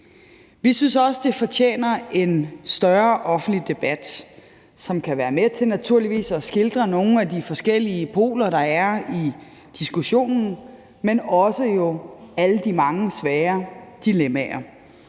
Vi synes også, det fortjener en større offentlig debat, som kan være med til naturligvis at skildre nogle af de forskellige poler, der er i diskussionen, men jo også alle de mange svære dilemmaer.